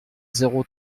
zéro